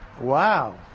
Wow